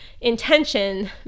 intention